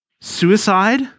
suicide